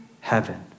heaven